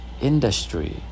industry